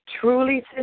truly